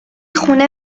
خونه